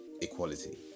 equality